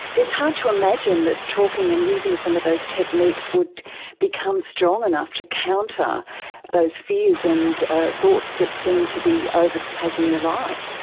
it's hard to imagine that talking and using some of those techniques would become strong enough to counter those fears and thoughts that seem to be overtaking your life.